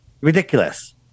Ridiculous